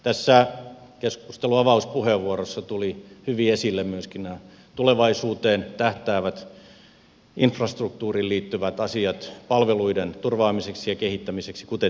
tässä keskustelun avauspuheenvuorossa tulivat hyvin esille myöskin esille nämä tulevaisuuteen tähtäävät infrastruktuuriin liittyvät asiat palveluiden turvaamiseksi ja kehittämiseksi kuten tietoverkot